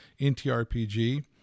NTRPG